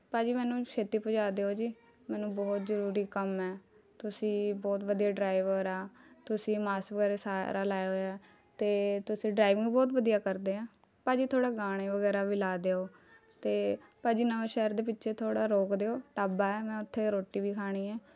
ਭਾਅ ਜੀ ਮੈਨੂੰ ਛੇਤੀ ਪਹੁੰਚਾ ਦਿਓ ਜੀ ਮੈਨੂੰ ਬਹੁਤ ਜ਼ਰੂਰੀ ਕੰਮ ਹੈ ਤੁਸੀਂ ਬਹੁਤ ਵਧੀਆ ਡਰਾਈਵਰ ਆ ਤੁਸੀਂ ਮਾਸਕ ਵਗੈਰਾ ਸਾਰਾ ਲਾਇਆ ਹੋਇਆ ਅਤੇ ਤੁਸੀਂ ਡਰਾਈਵਿੰਗ ਬਹੁਤ ਵਧੀਆ ਕਰਦੇ ਹੈ ਭਾਅ ਜੀ ਥੋੜ੍ਹਾ ਗਾਣੇ ਵਗੈਰਾ ਵੀ ਲਾ ਦਿਓ ਅਤੇ ਭਾਅ ਜੀ ਨਵਾਂਸ਼ਹਿਰ ਦੇ ਪਿੱਛੇ ਥੋੜ੍ਹਾ ਰੋਕ ਦਿਓ ਢਾਬਾ ਹੈ ਮੈਂ ਉੱਥੇ ਰੋਟੀ ਵੀ ਖਾਣੀ ਹੈ